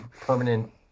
permanent